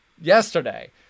yesterday